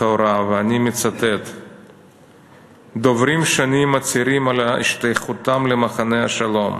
לכאורה: "דוברים שונים מצהירים על השתייכותם ל'מחנה השלום'.